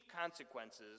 consequences